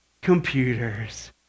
computers